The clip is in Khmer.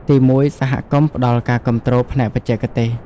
ទីមួយ សហគមន៍ផ្ដល់ ការគាំទ្រផ្នែកបច្ចេកទេស។